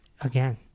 again